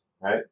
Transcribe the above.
right